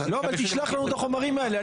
אז תשלח לנו את החומרים האלו,